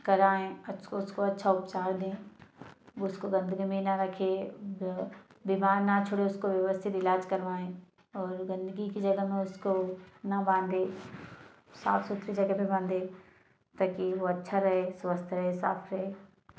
कराएँ असको उसको अच्छा उपचार दें उसको गन्दगी में ना रखे बी बीमार ना छोड़े उसको औरों से इलाज करवाएँ और गन्दगी की जगह ना उसको ना बांधे साफ़ सुथरी जगह पर बांधे ताकि वह अच्छा रहे स्वस्थ रहे साफ़ रहे